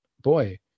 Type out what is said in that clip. boy